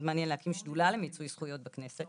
מעניין להקים שדולה למיצוי זכויות בכנסת,